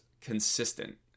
consistent